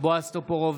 בועז טופורובסקי,